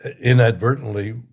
inadvertently